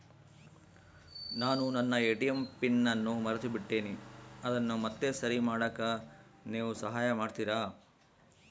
ನಾನು ನನ್ನ ATM PIN ಅನ್ನು ಮರೆತುಬಿಟ್ಟೇನಿ ಅದನ್ನು ಮತ್ತೆ ಸರಿ ಮಾಡಾಕ ನೇವು ಸಹಾಯ ಮಾಡ್ತಿರಾ?